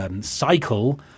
Cycle